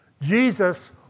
Jesus